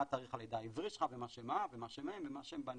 מה תאריך הלידה העברי שלך ומה שם האב ומה שם האם ומה השם באנגלית,